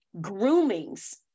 groomings